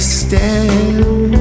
stand